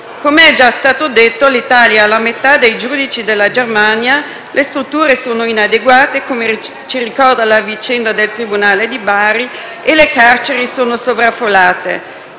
Com'è già stato detto, l'Italia ha la metà dei giudici della Germania, le strutture sono inadeguate, come ci ricorda la vicenda del tribunale di Bari, e le carceri sono sovraffollate.